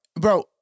Bro